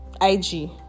IG